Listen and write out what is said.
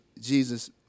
Jesus